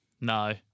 No